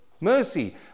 Mercy